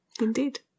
Indeed